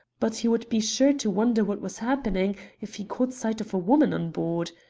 but he would be sure to wonder what was happening if he caught sight of a woman on board.